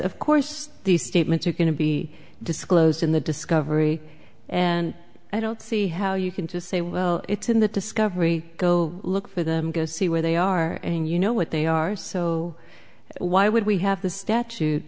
of course these statements are going to be disclosed in the discovery and i don't see how you can just say well it's in the discovery go look for them to see where they are and you know what they are so why would we have the statute